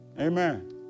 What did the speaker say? amen